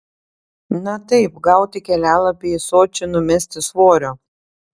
na taip gauti kelialapį į sočį numesti svorio